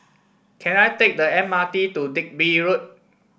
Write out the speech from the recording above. can I take the M R T to Digby Road